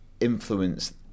influence